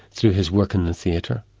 through his work in the theatre,